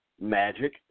Magic